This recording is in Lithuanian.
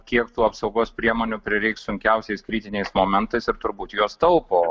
kiek tų apsaugos priemonių prireiks sunkiausiais kritiniais momentais ir turbūt juos taupo